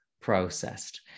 processed